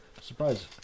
Surprise